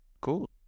Cool